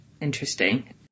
Interesting